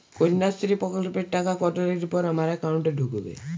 কন্যাশ্রী প্রকল্পের টাকা কতদিন পর আমার অ্যাকাউন্ট এ ঢুকবে?